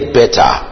better